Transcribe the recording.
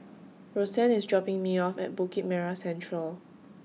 Rosann IS dropping Me off At Bukit Merah Central